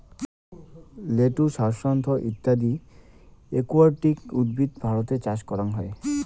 lettuce, হ্যাসান্থ ইত্যদি aquatic উদ্ভিদ ভারতে চাষ করাং হই